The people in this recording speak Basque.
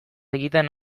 egiten